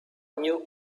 new